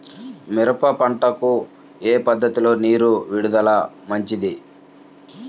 మిరప పంటకు ఏ పద్ధతిలో నీరు విడుదల మంచిది?